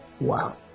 Wow